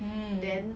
than all of that eh